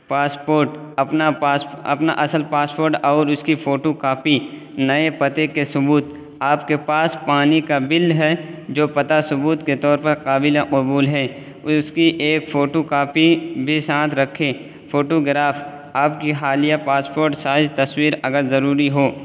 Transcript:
passport اپنا اپنا اصل پاسپوٹ اور اس کی فوٹو کاپی نئے پتے کے ثبوت آپ کے پاس پانی کا بل ہے جو پتہ ثبوت کے طور پر قابل قبول ہے کوئی اس کی ایک فوٹو کاپی بھی ساتھ رکھیں فوٹو گراف آپ کی حالیہ پاسپوٹ سائز تصویر اگر ضروری ہو